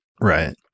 Right